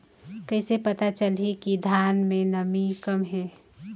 कइसे पता चलही कि धान मे नमी कम हे?